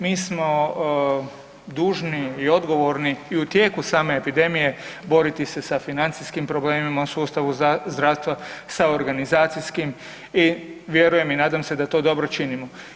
Mi smo dužni i odgovorni i u tijeku same epidemije boriti se sa financijskim problemima u sustavu zdravstva, sa organizacijskim i vjerujem i nadam se da to dobro činimo.